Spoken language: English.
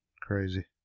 Crazy